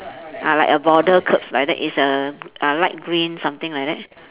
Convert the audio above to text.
ah like a border curbs like that is a uh light green something like that